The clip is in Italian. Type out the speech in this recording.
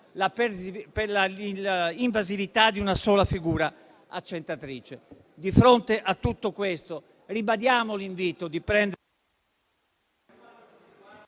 senza l'invasività di una sola figura accentratrice. Di fronte a tutto questo, ribadiamo l'invito di fondo a criticare